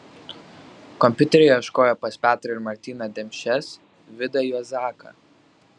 kompiuterių ieškojo pas petrą ir martyną demšes vidą juozaką